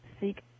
seek